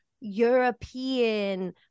european